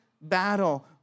battle